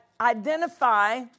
identify